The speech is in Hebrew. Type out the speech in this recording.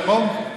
נכון?